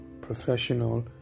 professional